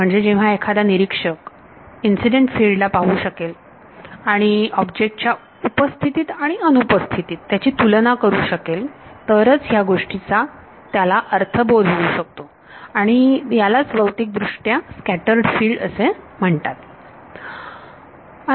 म्हणजे जेव्हा एखादा निरीक्षक इन्सिडेंट फील्ड पाहू शकेल आणि ऑब्जेक्ट च्या उपस्थितीत आणि अनुपस्थितीत त्याची तुलना करू शकेल तरच ह्या गोष्टीचा त्याला अर्थबोध होऊ शकतो आणि यालाच भौतिक दृष्ट्या स्कॅटर्ड फिल्ड असे म्हणतात